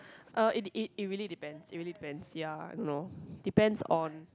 uh it it it really depends it really depends ya I don't know depends on